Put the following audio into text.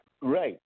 Right